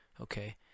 okay